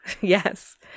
yes